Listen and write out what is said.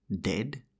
dead